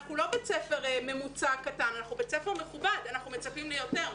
אבל אנחנו לא בית ספר ממוצע קטן אלא בית ספר מכובד ומצפים ליותר,